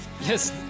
Yes